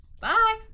Bye